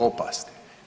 Opasne.